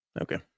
Okay